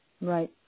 Right